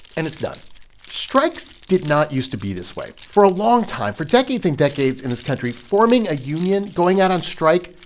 and it's done strikes did not used to be this way. for a long time, for decades and decades in this country, forming a union, going out on strike,